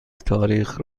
تاریخ